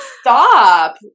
stop